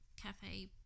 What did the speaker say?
cafe